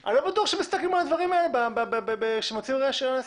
אני לא בטוח שמסתכלים על הדברים האלה כשמוציאים רישיון עסק.